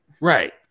Right